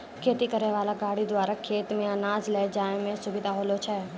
खेती करै वाला गाड़ी द्वारा खेत से अनाज ले जाय मे सुबिधा होलो छै